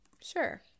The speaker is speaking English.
sure